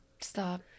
stop